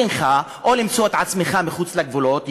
דינך או למצוא את עצמך מחוץ לגבולות,